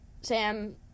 Sam